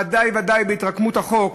ודאי וודאי בהתרקמות החוק,